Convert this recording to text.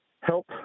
help